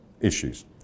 issues